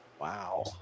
Wow